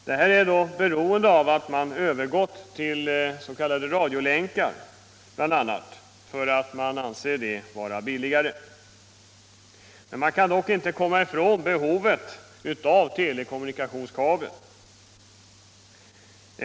Detta beror bl.a. på att man övergått till s.k. radiolänkar, eftersom dessa anses vara billigare. Man kan dock inte komma ifrån behovet av telekommunikationskabel.